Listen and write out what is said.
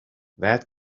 that